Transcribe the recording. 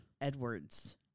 Edwards